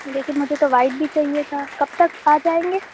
لیکن مجھے تو وائٹ بھی چاہیے تھا کب تک آ جائیں گے